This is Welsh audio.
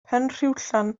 penrhiwllan